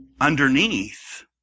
underneath